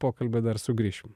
pokalbio dar sugrįšim